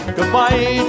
Goodbye